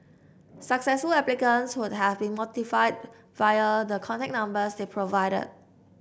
successful applicants would have been notified via the contact numbers they provided